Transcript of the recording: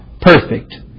perfect